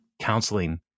counseling